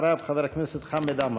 אחריו, חבר הכנסת חמד עמאר.